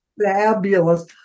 fabulous